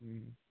হুম